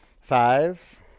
Five